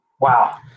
Wow